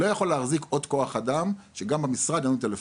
לא יכול להחזיק עוד כוח אדם שגם במשרד יהיה טלפון,